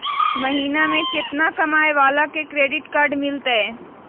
महीना में केतना कमाय वाला के क्रेडिट कार्ड मिलतै?